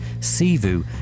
Sivu